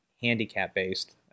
handicap-based